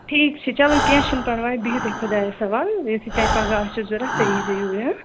ٹھیٖک چھُ چلو کینٛہہ چھُنہٕ پَرواے بِہِو تُہۍ خۄدایَس سوال یہِ تۄہہِ پگاہ آسیو ضوٚرتھ تُہۍ ییٖزو یوٗرۍ ہہ